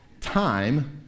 time